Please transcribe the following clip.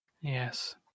Yes